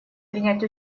принять